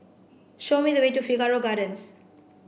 show me the way to Figaro Gardens